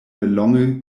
nelonge